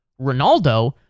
Ronaldo